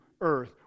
earth